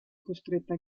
costretta